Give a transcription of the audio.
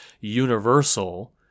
universal